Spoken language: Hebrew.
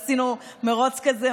עשינו מרוץ כזה,